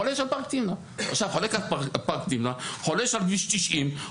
חולש על כביש 90,